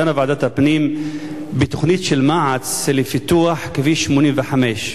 דנה ועדת הפנים בתוכנית של מע"צ לפיתוח כביש 85,